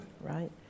Right